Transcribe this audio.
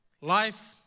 Life